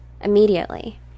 immediately